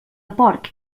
porc